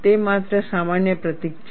તે માત્ર સામાન્ય પ્રતીક છે